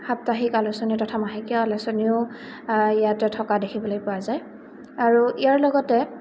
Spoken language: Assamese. সাপ্তাহিক আলোচনী তথা মাহেকীয়া আলোচনীও ইয়াতে থকা দেখিবলৈ পোৱা যায় আৰু ইয়াৰ লগতে